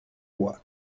fois